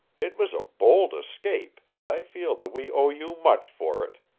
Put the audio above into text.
it was a bold escape, and i feel that we owe you much for it.